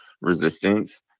resistance